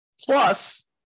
Plus